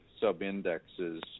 sub-indexes